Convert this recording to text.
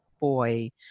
boy